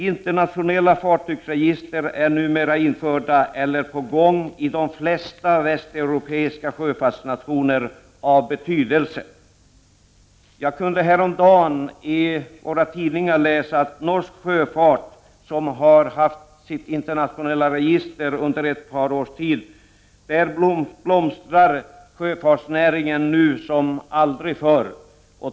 Internationella fartygsregister är numera införda eller på gång i de flesta västeuropeiska sjöfartsnationer av betydelse. Jag kunde häromdagen i våra tidningar läsa att norsk sjöfart, som har haft sitt internationella register under ett par års tid, blomstrar som aldrig förr.